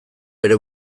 bere